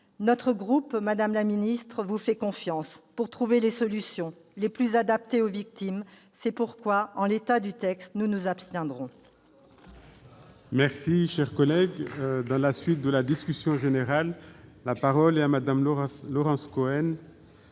notre groupe vous fait confiance pour trouver les solutions les plus adaptées aux victimes. C'est pourquoi, en l'état du texte, nous nous abstiendrons.